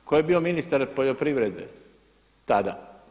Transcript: Tko je bio ministar poljoprivrede tada?